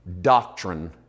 doctrine